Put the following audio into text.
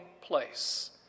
place